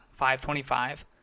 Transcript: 525